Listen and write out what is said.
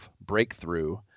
Breakthrough